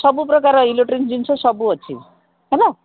ସବୁପ୍ରକାର ଇଲୋକ୍ଟ୍ରୋନିକ୍ସ ଜିନିଷ ସବୁ ଅଛି ହେଲା